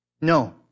No